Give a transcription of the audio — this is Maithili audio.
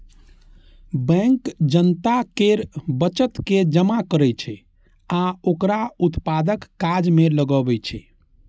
बैंक जनता केर बचत के जमा करै छै आ ओकरा उत्पादक काज मे लगबै छै